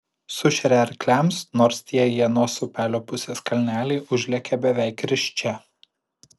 sušeria arkliams nors tie į anos upelio pusės kalnelį užlekia beveik risčia